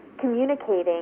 communicating